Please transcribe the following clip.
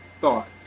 thought